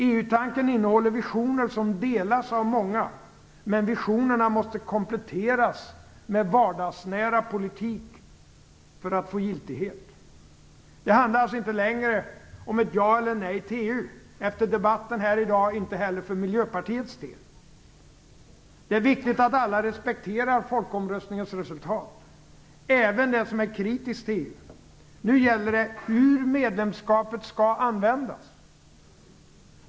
EU-tanken innehåller visioner som delas av många, men visionerna måste kompletteras med vardagsnära politik för att få giltighet. Det handlar alltså inte längre om ett ja eller nej till EU, och efter debatten här i dag inte heller för Miljöpartiets del. Det är viktigt att alla respekterar folkomröstningens resultat, även den som är kritisk till EU. Nu gäller det hur medlemskapet skall användas.